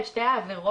הן שתי העבירות,